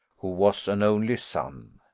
who was an only son.